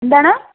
എന്താണ്